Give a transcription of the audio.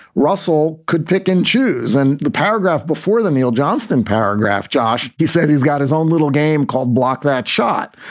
russell could pick and choose. and the paragraph before the neil johnston paragraph. josh, you said he's got his own little game called block that shot.